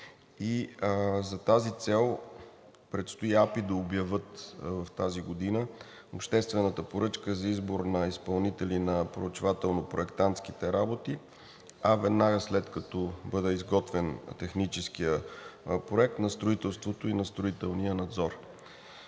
За тази цел предстои АПИ да обявят тази година обществена поръчка за избор на изпълнители на проучвателно-проектантските работи, а веднага след като бъде изготвен техническият проект – на строителството и на строителния надзор.